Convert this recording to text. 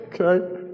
Okay